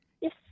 Yes